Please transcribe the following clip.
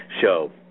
show